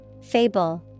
Fable